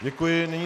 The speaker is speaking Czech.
Děkuji.